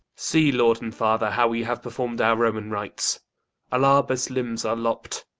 see, lord and father, how we have perform'd our roman rites alarbus' limbs are lopp'd,